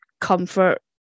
Comfort